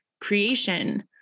creation